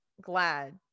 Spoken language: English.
glad